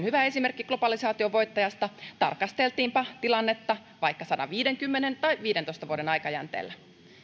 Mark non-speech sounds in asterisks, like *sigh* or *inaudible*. *unintelligible* hyvä esimerkki globalisaation voittajasta tarkasteltiinpa tilannetta vaikka sataviisikymmentä tai viidentoista vuoden aikajänteellä